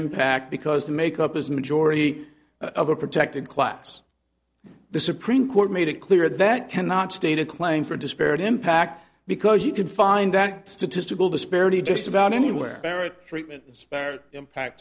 impact because the make up is majority of a protected class the supreme court made it clear that cannot state a claim for disparate impact because you can find act statistical disparity just about anywhere merit treatment disparate impact